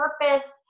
purpose